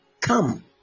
Come